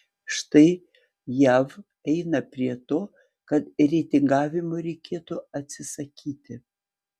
štai jav eina prie to kad reitingavimo reikėtų atsisakyti